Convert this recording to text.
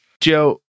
Joe